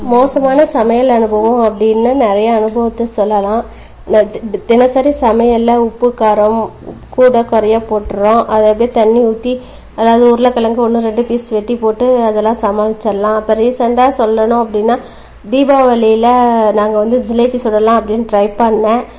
மோசமான சமையல் அனுபவம் அப்படின்னா நிறையா அனுபவத்தை சொல்லலாம் தினசரி சமையல்ல உப்பு காரம் கூட குறைய போட்டுடுறோம் அதை அப்படியே தண்ணி ஊற்றி அதாவது உருளக்கிலங்கு ஒன்று ரெண்டு பீஸ் வெட்டிப்போட்டு அதெல்லாம் சமாளிச்சரடலாம் இப்போ ரீசண்டாக சொல்லணும் அப்படின்னா தீபாவளியில நாங்கள் வந்து ஜிலேபி சுடலாம் அப்படின்னு ட்ரை பண்ணேன்